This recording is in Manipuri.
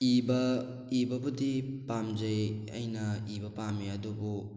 ꯏꯕ ꯏꯕꯕꯨꯗꯤ ꯄꯥꯝꯖꯩ ꯑꯩꯅ ꯏꯕ ꯄꯥꯝꯃꯤ ꯑꯗꯨꯕꯨ